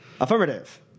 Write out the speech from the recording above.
Affirmative